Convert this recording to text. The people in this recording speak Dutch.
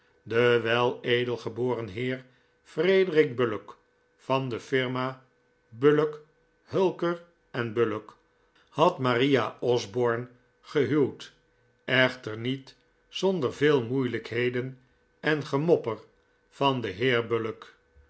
de weledelgeboren heer frederic bullock van de firma bullock hulker en bullock had maria osborne gehuwd echter niet zonder veel moeilijkheden en gemopper van den heer bullock